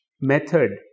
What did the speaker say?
method